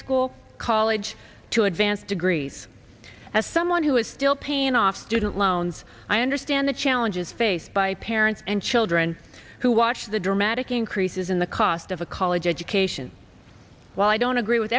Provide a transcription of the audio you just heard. school college to advanced degrees as someone who is still paying off student loans i understand the challenges faced by parents and children who watch the dramatic increases in the cost of a college education while i don't agree with